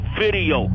video